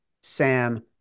Sam